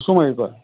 কচুমাৰিৰ পৰা